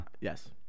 Yes